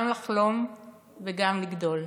גם לחלום וגם לגדול".